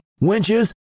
winches